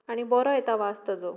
आनी बरो येता वास ताचो